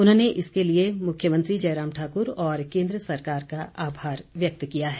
उन्होंने इसके लिए मुख्यमंत्री जयराम ठाकुर और केंद्र सरकार का आभार व्यक्त किया है